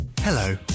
Hello